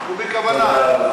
הוא בכוונה.